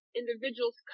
individuals